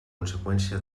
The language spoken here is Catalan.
conseqüència